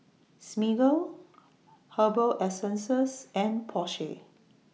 Smiggle Herbal Essences and Porsche